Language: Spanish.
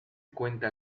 cuenta